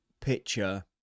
picture